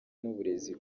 n’uburezi